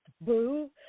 Boo